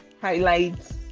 highlights